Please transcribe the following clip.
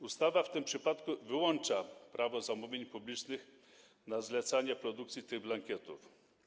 Ustawa w tym przypadku wyłącza prawo zamówień publicznych na zlecanie produkcji tych blankietów.